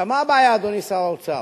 עכשיו, מה הבעיה, אדוני שר האוצר?